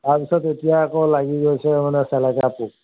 তাৰপিছত এতিয়া আকৌ লাগি গৈছে মানে চেলেকা পোক